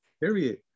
Period